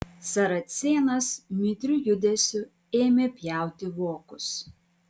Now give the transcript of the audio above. saracėnas mitriu judesiu ėmė pjauti vokus